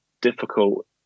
difficult